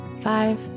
five